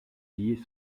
billets